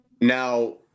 now